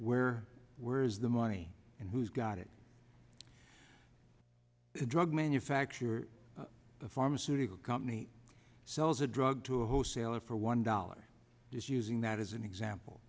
where where is the money and who's got it the drug manufacturer the pharmaceutical company sells a drug to a wholesaler for one dollar is using that as an example